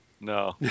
no